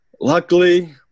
Luckily